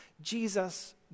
Jesus